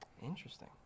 Interesting